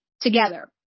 together